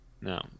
No